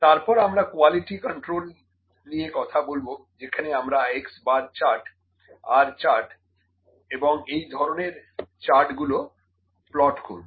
তারপর আমরা quality control নিয়ে কথা বলবো যেখানে আমরা x bar chart R chart এবং এই ধরনের চার্টগুলো প্লট করবো